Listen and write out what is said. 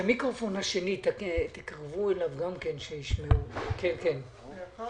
אחת